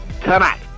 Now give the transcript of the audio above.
tonight